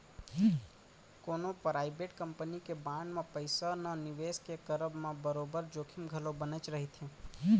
कोनो private company के bond म पइसा न निवेस के करब म बरोबर जोखिम घलौ बनेच रहिथे